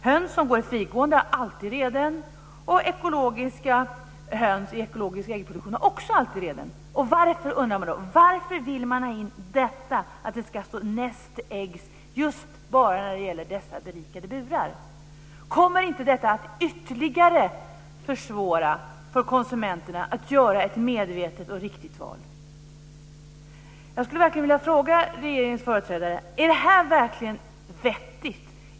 Höns som är frigående har alltid reden, och ekologiska höns i ekologisk äggproduktion har också alltid reden. Då undrar man varför man vill att det ska stå nest eggs just bara när det gäller dessa berikade burar. Kommer inte detta att ytterligare försvåra för konsumenterna att göra ett medvetet och riktigt val? Jag skulle verkligen vilja fråga regeringens företrädare om det här verkligen är vettigt.